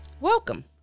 Welcome